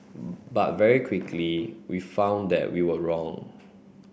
but very quickly we found that we were wrong